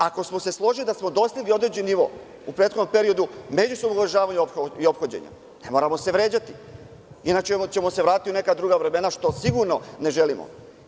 Ako smo se složili da smo dostigli određeni nivo u prethodnom periodu, međusobnog uvažavanja i ophođenja, ne moramo se vređati, inače ćemo se vratiti u neka druga vremena, što sigurno ne želimo.